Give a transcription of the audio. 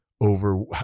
over